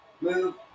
move